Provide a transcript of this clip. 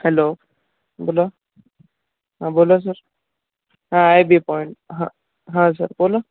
hello बोला हा बोला सर हा आय बी पॉईंट हा हा सर बोला